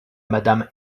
madame